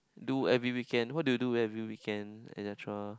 do every weekend what do you do every weekend etcetera